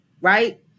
right